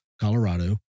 Colorado